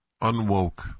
Unwoke